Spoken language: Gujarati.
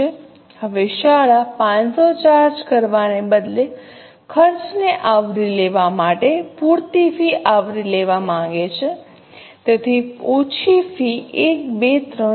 હવે શાળા 500 ચાર્જ કરવાને બદલે ખર્ચને આવરી લેવા માટે પૂરતી ફી આવરી લેવા માંગે છે તેથી ઓછી ફી 1 2 3 4